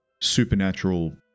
supernatural